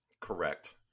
Correct